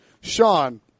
Sean